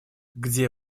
где